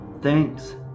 thanks